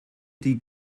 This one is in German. die